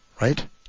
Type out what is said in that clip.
right